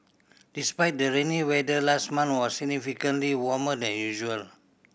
despite the rainy weather last month was significantly warmer than usual